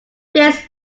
this